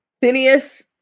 Phineas